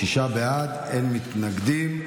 שישה בעד, אין מתנגדים.